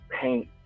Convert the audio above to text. paint